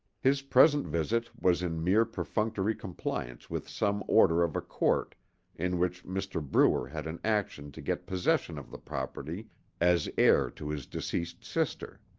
his present visit was in mere perfunctory compliance with some order of a court in which mr. brewer had an action to get possession of the property as heir to his deceased sister.